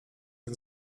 jak